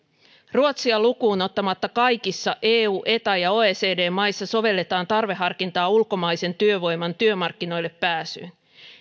ruotsia lukuun ottamatta kaikissa eu eta ja oecd maissa sovelletaan tarveharkintaa ulkomaisen työvoiman työmarkkinoille pääsyyn